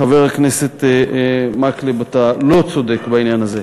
חבר הכנסת מקלב, אתה לא צודק בעניין הזה.